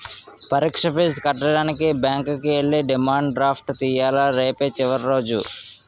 పరీక్ష ఫీజు కట్టడానికి బ్యాంకుకి ఎల్లి డిమాండ్ డ్రాఫ్ట్ తియ్యాల రేపే చివరి రోజు